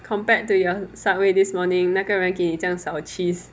compared to your Subway this morning 那个人给你这样少 cheese